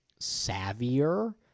savvier